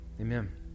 Amen